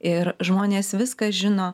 ir žmonės viską žino